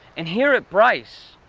and here at bryce,